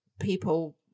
people